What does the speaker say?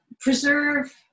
preserve